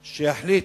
שיחליט.